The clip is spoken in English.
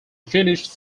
finished